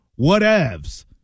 whatevs